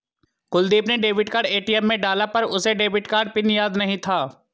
कुलदीप ने debit card ATM में डाला पर उसे डेबिट कार्ड पिन याद नहीं था